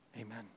amen